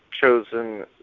chosen